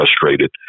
frustrated